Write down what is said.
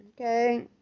okay